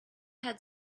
had